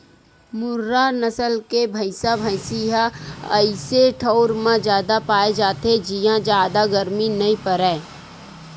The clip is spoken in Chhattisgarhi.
मुर्रा नसल के भइसा भइसी ह अइसे ठउर म जादा पाए जाथे जिंहा जादा गरमी नइ परय